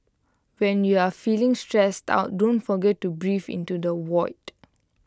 when you are feeling stressed out don't forget to breathe into the void